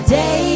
day